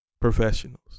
Professionals